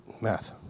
math